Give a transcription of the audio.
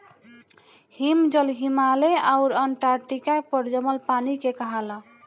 हिमजल, हिमालय आउर अन्टार्टिका पर जमल पानी के कहाला